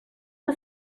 que